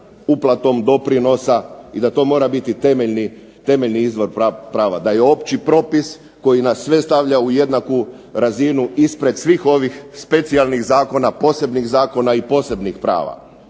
uplatom doprinosa i da to mora biti temeljni izvod prava. Da je opći propis koji nas sve stavlja u jednaku razinu ispred svih ovih specijalnih zakona, posebnih zakona i posebnih prava.